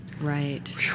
Right